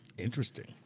interesting.